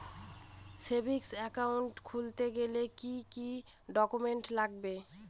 Savings account খুলতে গেলে কি কি ডকুমেন্টস লাগবে?